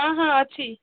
ହଁ ହଁ ଅଛି